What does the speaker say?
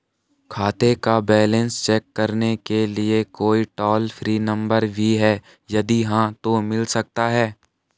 खाते का balance check करने के लिए कोई टॉल फ्री नम्बर भी है यदि हाँ तो मिल सकता है?